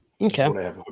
Okay